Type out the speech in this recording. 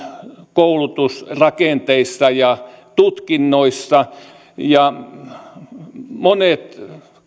koulutusrakenteissa ja tutkinnoissa monet